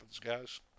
guys